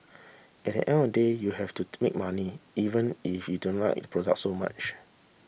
at the end of the day you have to make money even if you don't like the product so much